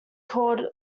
called